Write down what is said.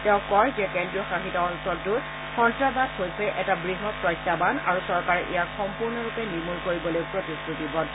তেওঁ কয় যে কেন্দ্ৰীয় শাসিত অঞ্চলটোত সন্তাসবাদ হৈছে এটা বৃহৎ প্ৰত্যাহান আৰু চৰকাৰে ইয়াক সম্পূৰ্ণ ৰূপে নিৰ্মল কৰিবলৈ প্ৰতিশ্ৰতিবদ্ধ